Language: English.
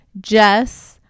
Jess